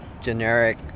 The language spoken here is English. generic